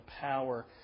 power